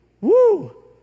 Woo